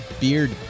beard